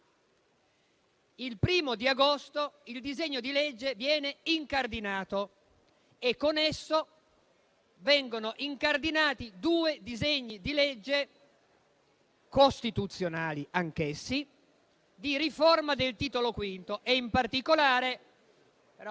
il primo agosto il disegno di legge viene incardinato e con esso vengono incardinati due disegni di legge costituzionali, anch'essi di riforma del Titolo V. *(Brusìo.